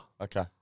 Okay